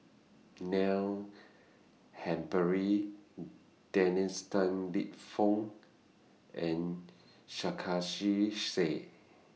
Neil Humphreys Dennis Tan Lip Fong and Sarkasi Said